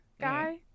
guy